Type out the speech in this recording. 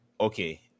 okay